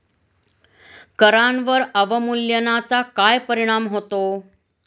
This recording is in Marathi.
करांवर अवमूल्यनाचा काय परिणाम होतो?